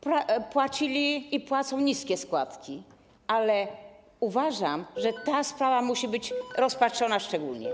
Płacili i płacą niskie składki, ale uważam, że ta sprawa musi być rozpatrzona szczególnie.